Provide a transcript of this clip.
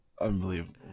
unbelievable